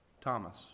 Thomas